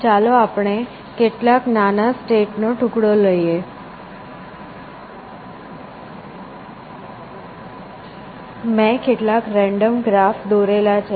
તેથી ચાલો આપણે કેટલાક નાના સ્ટેટ નો ટુકડો લઈએ મેં કેટલાક રેન્ડમ ગ્રાફ દોરેલા છે